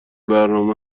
برنامه